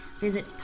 visit